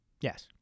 Yes